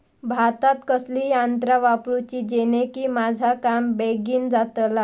भातात कसली यांत्रा वापरुची जेनेकी माझा काम बेगीन जातला?